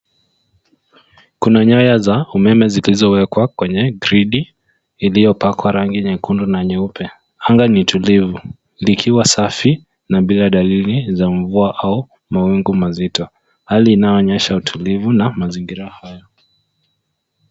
Kuna nyaya za umeme zilizowekwa kwenye gridi iliyopakwa rangi nyekundu na nyeupe. Anga ni tulivu likiwa safi na bila dalili za mvua au mawingu mazito, hali inayoonyesha utulivu na mazingira hayo.